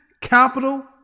capital